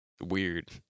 weird